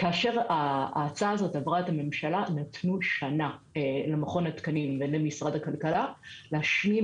כאשר ההצעה עברה את הממשלה נתנו שנה למכון התקנים ולמשרד הכלכלה להשלים